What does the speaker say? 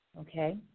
okay